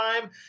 time